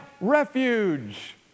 refuge